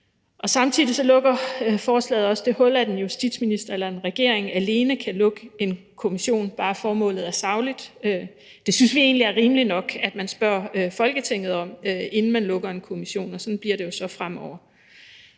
Lovforslaget lukker samtidig det hul, at en justitsminister eller en regering alene kan lukke en kommission, bare formålet er sagligt. Vi synes egentlig, det er rimeligt nok, at man spørger Folketinget, inden man lukker en kommission. Og sådan bliver det jo så fremover.